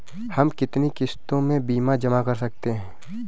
हम कितनी किश्तों में बीमा जमा कर सकते हैं?